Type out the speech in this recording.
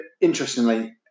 interestingly